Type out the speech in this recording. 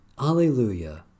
Alleluia